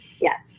yes